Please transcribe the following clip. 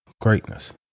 greatness